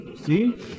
See